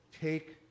take